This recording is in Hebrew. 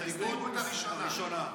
ההסתייגות הראשונה.